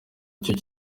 cyo